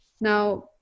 now